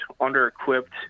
under-equipped